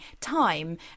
time